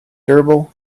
durable